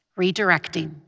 Redirecting